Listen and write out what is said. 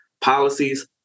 policies